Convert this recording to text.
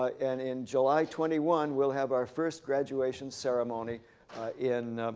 and in july twenty one we'll have our first graduation ceremony in